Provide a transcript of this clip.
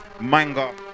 manga